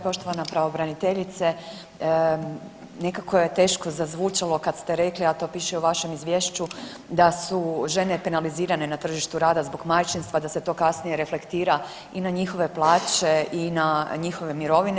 Poštovana pravobraniteljice, nekako je teško zazvučalo kad ste rekli, a to piše u vašem izvješću, da su žene penalizirane na tržištu rada zbog majčinstva, da se to kasnije reflektira i na njihove plaće i na njihove mirovine.